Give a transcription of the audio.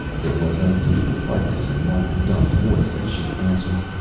there was unusual hardness in margaret duffe's voice as she answered.